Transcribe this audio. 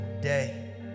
day